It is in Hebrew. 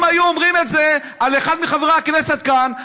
אם היו אומרים את זה על אחד מחברי הכנסת כאן,